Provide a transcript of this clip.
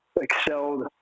excelled